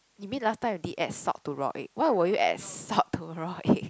you mean last time you did add salt to raw egg why would you add salt to raw egg